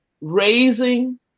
raising